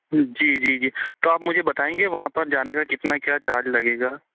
जी जी जी तो आप मुझे बताएंगे वहाँ पर जाने का कितना क्या चार्ज लगेगा